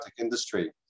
industry